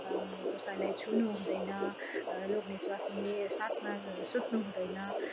कसैलाई छुनु हुँदैन लोग्ने स्वास्नी साथमा सुत्नु हुँदैन